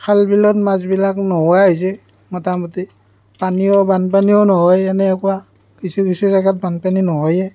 খাল বিলত মাছবিলাক নোহোৱাই হৈছে মোটামুটি পানীও বানপানীও নহয় এনেকুৱা কিছু কিছু জেগাত বানপানী নহয়েই